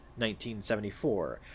1974